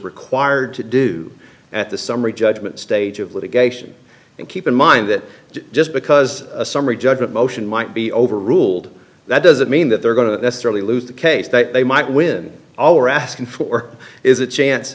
required to do at the summary judgment stage of litigation and keep in mind that just because a summary judgment motion might be overruled that doesn't mean that they're going to necessarily lose the case that they might win all are asking for is a chance